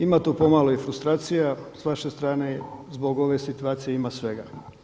Ima tu pomalo i frustracija s vaše strane zbog ove situacije ima svega.